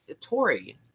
Tory